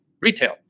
retail